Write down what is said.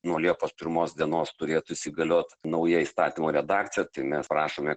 nuo liepos pirmos dienos turėtų įsigaliot nauja įstatymo redakcija tai mes prašome